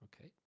Okay